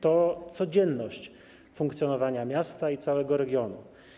To codzienność funkcjonowania miasta i całego regionu.